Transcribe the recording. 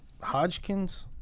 Hodgkins